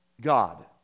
God